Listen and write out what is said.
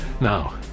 Now